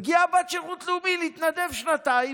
מגיעה בת שירות לאומי להתנדב שנתיים,